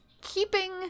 keeping